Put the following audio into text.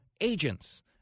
agents